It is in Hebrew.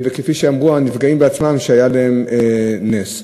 כפי שאמרו הנפגעים בעצמם, היה להם נס.